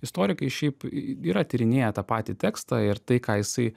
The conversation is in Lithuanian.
istorikai šiaip yra tyrinėję tą patį tekstą ir tai ką jisai